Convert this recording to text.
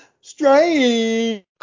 Strange